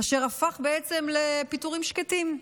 אשר הפכה בעצם לפיטורים שקטים,